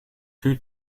two